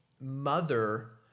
mother